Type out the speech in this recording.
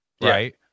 right